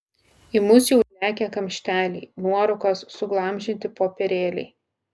į mus jau lekia kamšteliai nuorūkos suglamžyti popierėliai